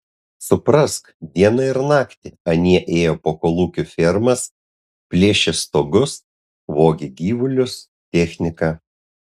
suprask dieną ir naktį anie ėjo po kolūkių fermas plėšė stogus vogė gyvulius techniką